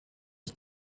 die